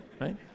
Right